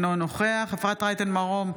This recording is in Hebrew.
אינו נוכח אפרת רייטן מרום,